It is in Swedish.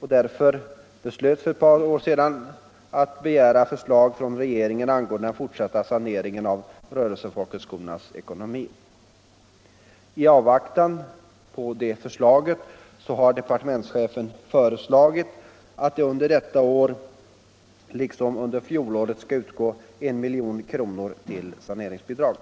och därför beslöts för ett par år sedan att begära förslag från regeringen angående den fortsatta saneringen av rörelsefolkhögskolornas ekonomi. I avvaktan på det förslaget har departementschefen föreslagit att det under detta år liksom under fjolåret skall utgå 1 milj.kr. till saneringsbidrag.